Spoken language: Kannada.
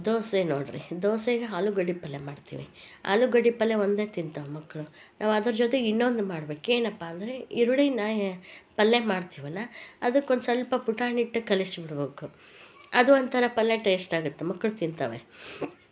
ದೋಸೆ ನೋಡ್ರಿ ದೋಸೆಗೆ ಆಲೂಗಡ್ಡೆ ಪಲ್ಯ ಮಾಡ್ತೀವಿ ಆಲುಗಡ್ಡೆ ಪಲ್ಯ ಒಂದೇ ತಿನ್ತಾವ ಮಕ್ಕಳು ನಾವು ಅದ್ರ ಜೊತೆಗೆ ಇನ್ನೊಂದು ಮಾಡ್ಬೇಕು ಏನಪ್ಪಾ ಅಂದರೆ ಈರುಳ್ಳಿನ ಪಲ್ಲೆ ಮಾಡ್ತೀವಲ್ಲ ಅದ್ಕೊಂದು ಸ್ವಲ್ಪ ಪುಟಾಣಿ ಹಿಟ್ಟು ಕಲೆಸಿ ಬಿಡಬೇಕು ಅದು ಒಂಥರ ಪಲ್ಲೆ ಟೇಸ್ಟ್ ಆಗುತ್ತೆ ಮಕ್ಕಳು ತಿಂತಾವೆ